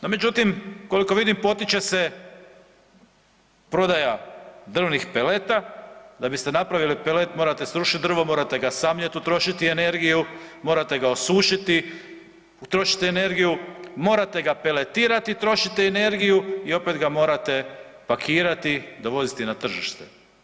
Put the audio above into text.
No međutim, koliko vidim potiče se prodaja drvnih peleta, da biste napravili pelet morate srušit drvo, morate ga samljeti, utrošiti energiju, morate ga osušiti trošite energiju, morate ga peletirati trošite energiju i opet ga morate pakirati, dovoziti na tržište.